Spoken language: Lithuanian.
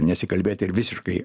nesikalbėti ir visiškai